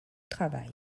travail